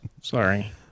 Sorry